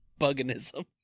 bugganism